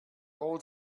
old